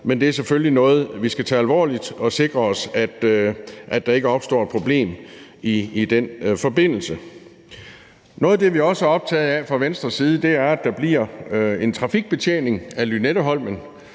Men det er selvfølgelig noget, vi skal tage alvorligt, og vi skal sikre os, at der ikke opstår et problem i den forbindelse. Noget af det, vi også er optaget af fra Venstres side, er, at der bliver en trafikbetjening af Lynetteholmen.